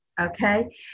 okay